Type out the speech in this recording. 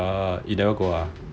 err you never go ah